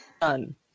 Done